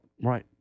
right